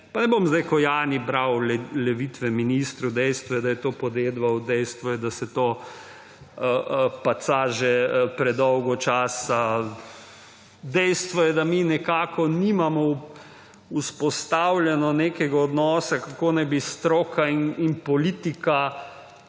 Pa ne bom zdaj kot Jani bral levite ministru, dejstvo je, da je to podedoval, dejstvo je, da se to paca že predolgo časa. Dejstvo je, da mi nekako nimamo vzpostavljenega nekega odnosa, kako naj bi stroka in politika